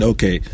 Okay